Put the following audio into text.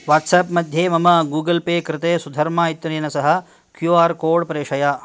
WhatsApp मध्ये मम Google Pay कृते सुधर्मा इत्यनेन सह क्यू आर् कोड् प्रेषय